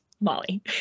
Molly